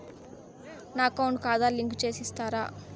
నా అకౌంట్ కు ఆధార్ లింకు సేసి ఇస్తారా?